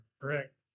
correct